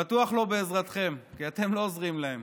בטוח לא בעזרתכם, כי אתם לא עוזרים להם.